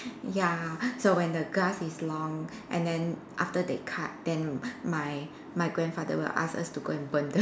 ya so when the grass is long and then after they cut then my my grandfather will ask us to go and burn the